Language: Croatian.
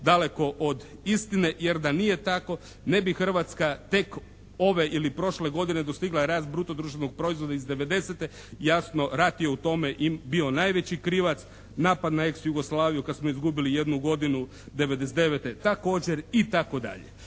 daleko od istine, jer da nije tako ne bi Hrvatska tek ove ili prošle godine dostigla rast bruto društvenog proizvoda iz '90. Jasno, rat je u tome bio najveći krivac, napad na ex Jugoslaviju kad smo izgubili jednu godinu '99. također itd.